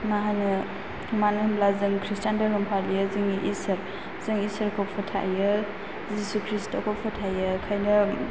मा होनो मानो होनब्ला जों खृसटान धोरोम फालियो जोंनि इसोर जों इसोरखौ फोथायो जिसु ख्रीष्टखौ फोथायो ओंखायनो